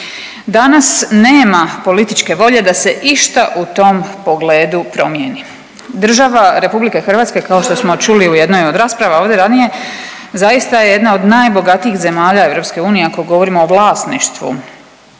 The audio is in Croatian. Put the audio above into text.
Danas nema političke volje da se išta u tom pogledu promijeni. Država Republika Hrvatska kao što smo čuli u jednoj od rasprava ovdje ranije zaista je jedna od najbogatijih zemalja EU ako govorimo o vlasništvu